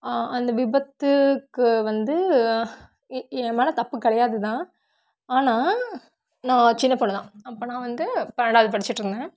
அந்த விபத்துக்கு வந்து எ ஏன் மேல தப்பு கிடையாது தான் ஆனால் நான் சின்ன பொண்ணு தான் அப்போ நான் வந்து பன்னெண்டாவது படிச்சுட்டு இருந்தேன்